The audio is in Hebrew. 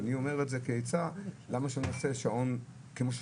אני אומר את זה כעצה: כמו שיש שעון קיץ,